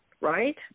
right